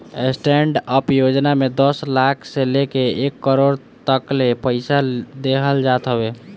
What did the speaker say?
stand up योजना में दस लाख से लेके एक करोड़ तकले पईसा देहल जात हवे